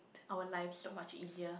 our life is so much easier